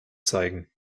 zeigen